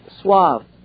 suave